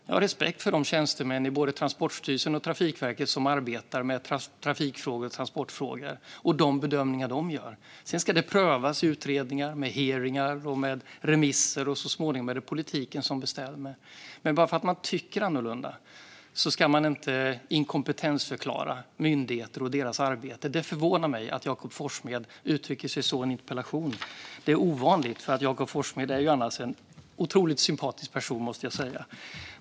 Jag har respekt för de tjänstemän på Transportstyrelsen och Trafikverket som arbetar med trafikfrågor och transportfrågor och för de bedömningar de gör. Sedan ska det prövas i utredningar, med hearingar och med remisser, och så småningom är det politiken som bestämmer. Bara för att man tycker annorlunda ska man inte inkompetensförklara myndigheter och deras arbete. Det förvånar mig att Jakob Forssmed uttrycker sig så i en interpellation. Det är ovanligt, för Jakob Forssmed är annars en otroligt sympatisk person, måste jag säga.